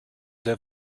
der